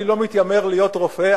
אני לא מתיימר להיות רופא,